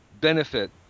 benefit